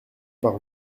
par